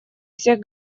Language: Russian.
всех